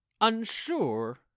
Unsure